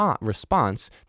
response